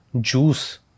juice